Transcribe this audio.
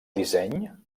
disseny